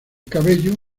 cabello